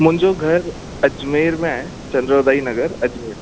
मुंहिंजो घर अजमेर में आहे चंद्रा भाई नगर अजमेर